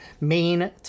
main